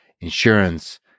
insurance